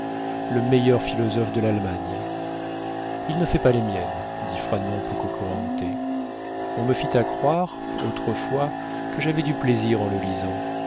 le meilleur philosophe de l'allemagne il ne fait pas les miennes dit froidement pococurante on me fit accroire autrefois que j'avais du plaisir en le lisant